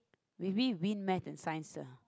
we win win maths and science uh